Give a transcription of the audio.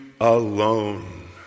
alone